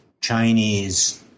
Chinese